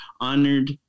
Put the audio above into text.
honored